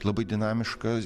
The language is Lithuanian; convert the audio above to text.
labai dinamišką